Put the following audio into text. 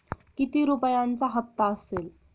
किती रुपयांचा हप्ता असेल?